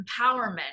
empowerment